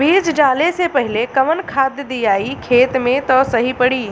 बीज डाले से पहिले कवन खाद्य दियायी खेत में त सही पड़ी?